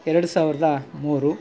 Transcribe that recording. ಎರಡು ಸಾವಿರದ ಮೂರು